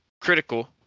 critical